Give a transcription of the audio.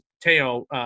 Teo